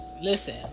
listen